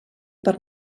per